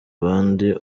abandi